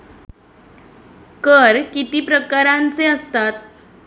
कर किती प्रकारांचे असतात?